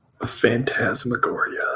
Phantasmagoria